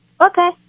Okay